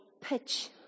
pitch